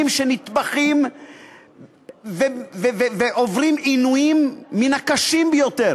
שנטבחים ועוברים עינויים מן הקשים ביותר,